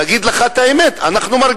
אגיד לך את האמת: אנחנו,